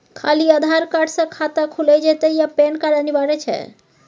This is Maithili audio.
खाली आधार कार्ड स खाता खुईल जेतै या पेन कार्ड अनिवार्य छै?